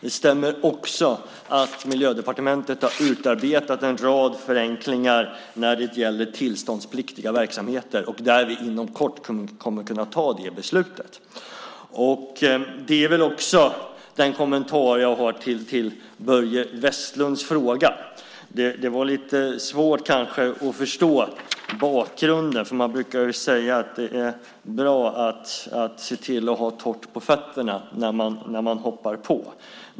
Det stämmer också att Miljödepartementet har utarbetat en rad förenklingar när det gäller tillståndspliktiga verksamheter, och vi kommer inom kort att kunna ta det beslutet. Det är väl också den kommentar jag har till Börje Vestlunds fråga. Det var kanske lite svårt att förstå bakgrunden. Man brukar ju säga att det är bra att se till att ha torrt på fötterna när man hoppar på.